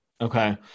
Okay